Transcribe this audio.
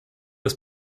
des